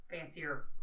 fancier